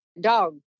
dog